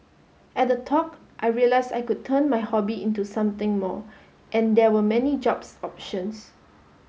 at the talk I realised I could turn my hobby into something more and there were many jobs options